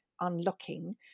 unlocking